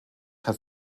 hat